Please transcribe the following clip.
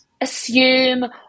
assume